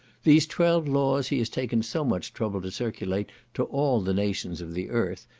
these twelve laws he has taken so much trouble to circulate to all the nations of the earth,